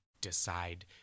decide